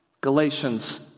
Galatians